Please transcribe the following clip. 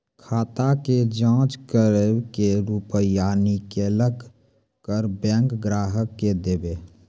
खाता के जाँच करेब के रुपिया निकैलक करऽ बैंक ग्राहक के देब?